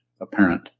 apparent